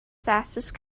fastest